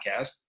podcast